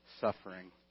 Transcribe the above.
Suffering